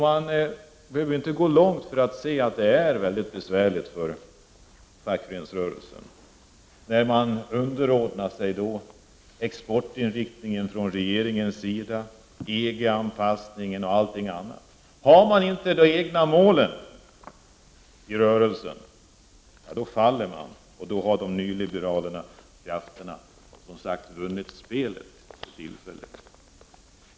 Vi behöver inte gå långt för att se att det är besvärligt för fackföreningsrörelsen. Man underordnar sig den exportinriktning som regeringens politik innebär, EG-anpassningen och allt annat. Har man inte de egna målen i rö relsen, då faller man och då har de nyliberala krafterna vunnit spelet för tillfället.